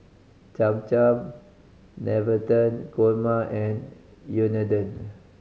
Cham Cham Navratan Korma and Unadon